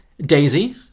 Daisy